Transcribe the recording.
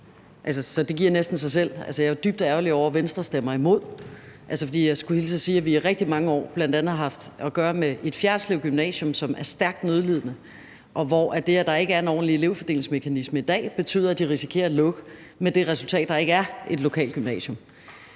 Så det giver næsten sig selv. Altså, jeg er jo dybt ærgerlig over, at Venstre stemmer imod, for jeg skulle hilse og sige, at vi i rigtig mange år bl.a. har haft at gøre med et Fjerritslev Gymnasium, som er stærkt nødlidende, og hvor det, at der ikke er nogen elevfordelingsmekanisme i dag, betyder, at det risikerer at lukke med det resultat, at der ikke længere er et lokalt gymnasium.